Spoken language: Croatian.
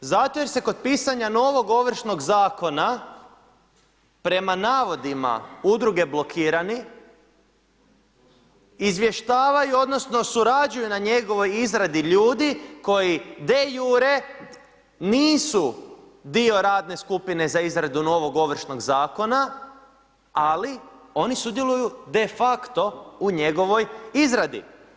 Zato jer se kod pisanja novog Ovršnog zakona prema navodima udruge Blokirani izvještavaju odnosno surađuju na njegovoj izradi ljudi koji de iure nisu dio radne skupine za izradu novog Ovršnog zakona ali oni sudjeluju de facto u njegovoj izradi.